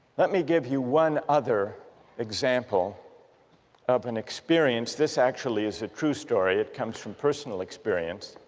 let me give you one other example of an experience, this actually is a true story, it comes from personal experience